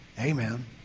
Amen